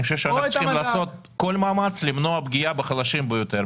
אני חושב שאנחנו צריכים לעשות כל מאמץ למנוע פגיעה בחלשים ביותר,